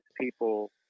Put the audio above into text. people